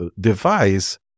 device